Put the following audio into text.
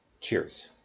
cheers